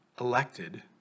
elected